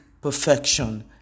perfection